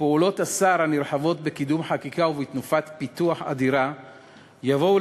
פעולות השר הנרחבות בקידום חקיקה ובתנופת פיתוח אדירה יבואו